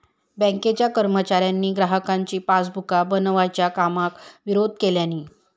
बँकेच्या कर्मचाऱ्यांनी ग्राहकांची पासबुका बनवच्या कामाक विरोध केल्यानी